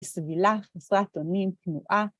סבילה, חסרת אונים, כנועה.